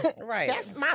Right